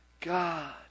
God